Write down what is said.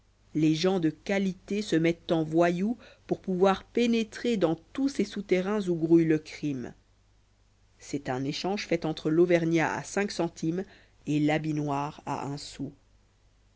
les gens de qualité se mettent en voyous pour pouvoir pénétrer dans tous ces souterrains où grouille le crime c'est un échange fait entre l'auvergnat à cinq centimes et l'habit noir à un sou